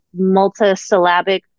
multisyllabic